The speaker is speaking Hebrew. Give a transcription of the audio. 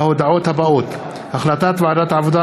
2016. החלטת ועדת העבודה,